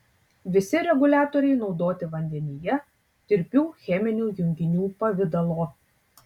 visi reguliatoriai naudoti vandenyje tirpių cheminių junginių pavidalo